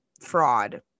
fraud